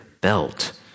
belt